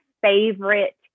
favorite